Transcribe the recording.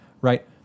Right